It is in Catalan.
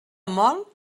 molt